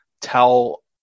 Tell